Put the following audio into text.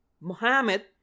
Mohammed